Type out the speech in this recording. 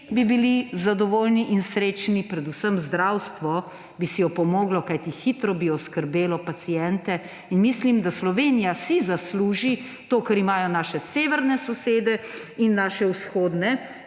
bi bili zadovoljni in srečni, predvsem zdravstvo bi si opomoglo, kajti hitro bi oskrbelo paciente. Mislim, da Slovenija si zasluži to, kar imajo naše severne sosede in naše vzhodne